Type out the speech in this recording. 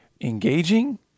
engaging